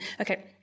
okay